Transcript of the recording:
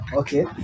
okay